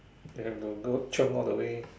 have to go chiong all the way